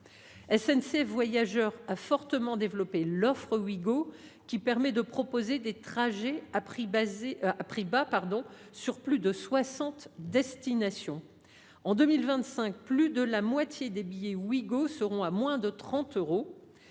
SNCF Voyageurs a fortement développé l’offre Ouigo, qui permet de proposer des trajets à prix bas pour plus de soixante destinations. En 2025, plus de la moitié des billets Ouigo seront à moins de 30 euros.